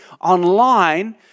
online